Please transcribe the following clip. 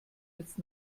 jetzt